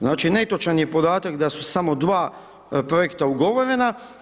Znači netočan je podatak da su samo dva projekta ugovorena.